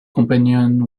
companion